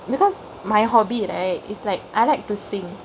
because my hobby right it's like I like to singk